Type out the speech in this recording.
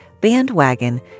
Bandwagon